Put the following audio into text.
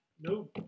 no